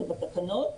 זה בתקנות,